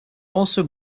also